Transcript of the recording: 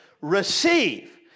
receive